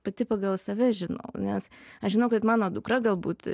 pati pagal save žinau nes aš žinau kad mano dukra galbūt